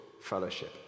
fellowship